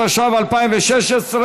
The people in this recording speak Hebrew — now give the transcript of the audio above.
התשע"ו 2016,